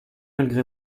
malgré